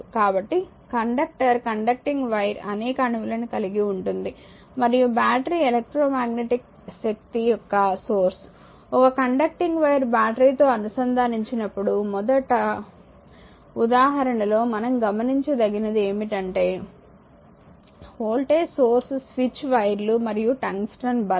కాబట్టి conductor conducting wire అనేక అణువులను కలిగి ఉంటుంది మరియు బ్యాటరీ ఎలక్ట్రోమెట్రిక్ శక్తి యొక్క సోర్స్ ఒక కండక్టింగ్ వైర్ బ్యాటరీతో అనుసంధానించబడినప్పుడు మొదటి ట ఉదాహరణ లో మనం గమనించదగినది ఏమిటంటే వోల్టేజ్ సోర్స్ స్విచ్ వైర్లు మరియు టంగ్స్టన్ బల్బ్